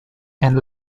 and